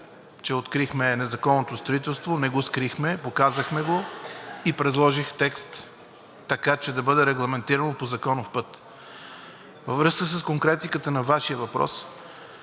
че открихме незаконното строителство, не го скрихме, показахме го и предложих текст, така че да бъде регламентирано по законов път. Във връзка с конкретиката на Вашия въпрос